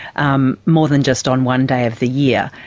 um more than just on one day of the year.